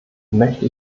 möchte